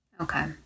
Okay